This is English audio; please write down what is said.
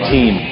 Team